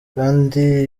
kandi